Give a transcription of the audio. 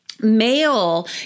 male